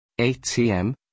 ATM